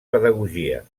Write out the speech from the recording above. pedagogia